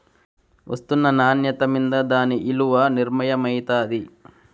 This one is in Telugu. ఒస్తున్న నాన్యత మింద దాని ఇలున నిర్మయమైతాది